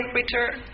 return